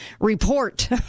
report